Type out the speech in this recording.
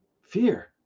fear